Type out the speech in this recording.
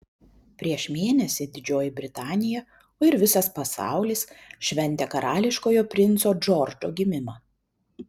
prieš mėnesį didžioji britanija o ir visas pasaulis šventė karališkojo princo džordžo gimimą